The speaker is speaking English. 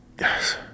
yes